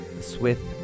Swift